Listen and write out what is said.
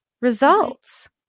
results